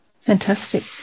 fantastic